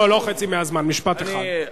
לא חצי מהזמן, משפט אחד.